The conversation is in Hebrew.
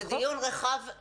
זה דיון רחב,